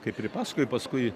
kaip ir pasakoji paskui